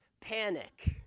panic